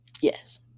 Yes